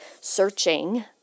searching